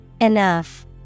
Enough